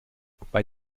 bei